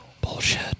bullshit